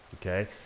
okay